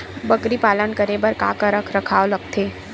बकरी पालन करे बर काका रख रखाव लगथे?